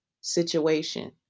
situation